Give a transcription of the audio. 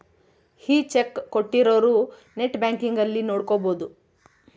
ಈ ಚೆಕ್ ಕೋಟ್ಟಿರೊರು net banking ಅಲ್ಲಿ ನೋಡ್ಕೊಬೊದು